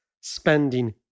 spending